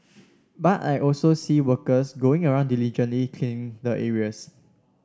but I also see workers going around diligently cleaning the areas